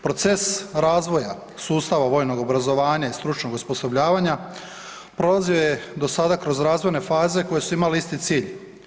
Proces razvoja sustava vojnog obrazovanja i stručnog osposobljavanja, prolazio je do sada kroz razvojne faze koje su imale isti cilj.